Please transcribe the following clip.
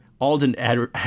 Alden